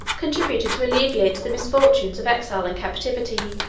contributed to alleviate the misfortunes of exile and captivity.